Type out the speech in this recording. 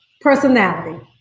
personality